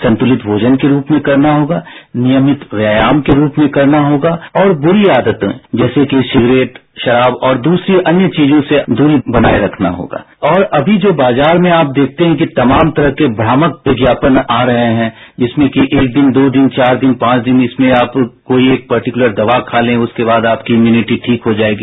संतुलित भोजन के रूप में करना होगा नियमित व्यायाम के रूप में करना होगा और ब्री आदतों जैसे कि सिगरेट शराब और दूसरी अन्य चीजों से दूरी बनाए रखना होगा और अभी जो बाजार में आप देखते हैं कि तमाम तरह के भ्रामक विज्ञापन आ रहे हैं जिसमें कि एक दिन दो दिन चार दिन पांच दिन इसमें आप कोई एक पर्टिक्लर दवा खा लें उसके बाद आपकी इम्प्रनिटी ठीक हो जाएगी